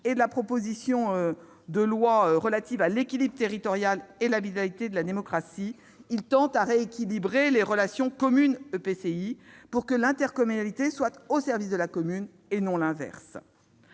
et de la proposition de loi relative à l'équilibre territorial et à la vitalité de la démocratie locale, il tend à rééquilibrer les relations entre communes et EPCI pour que l'intercommunalité soit au service de la commune, et non l'inverse.